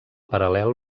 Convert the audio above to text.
paral·lel